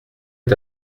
est